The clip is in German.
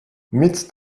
mit